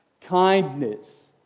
kindness